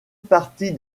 partie